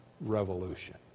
revolution